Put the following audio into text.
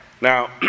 Now